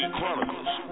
Chronicles